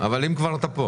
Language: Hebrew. אבל אם כבר אתה פה.